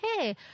Hey